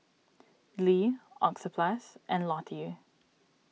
Lee Oxyplus and Lotte